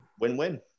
win-win